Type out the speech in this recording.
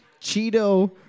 Cheeto